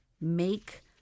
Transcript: make